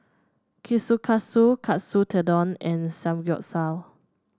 Kushikatsu Katsu Tendon and Samgeyopsal